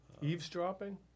Eavesdropping